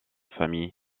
famille